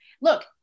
look